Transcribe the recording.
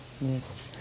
Yes